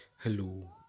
hello